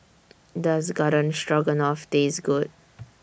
Does Garden Stroganoff Taste Good